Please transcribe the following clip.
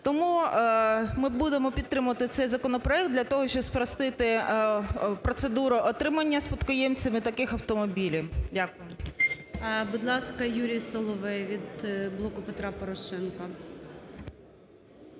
Тому ми будемо підтримувати цей законопроект для того, щоб спростити процедуру отримання спадкоємцями таких автомобілів. Дякую.